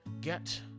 get